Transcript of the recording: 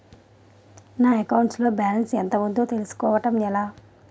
నా అకౌంట్ లో బాలన్స్ ఎంత ఉందో తెలుసుకోవటం ఎలా?